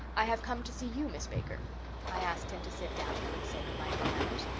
i have come to see you, miss baker i asked him to sit down, for the sake of my own manners,